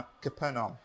Capernaum